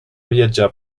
viatjar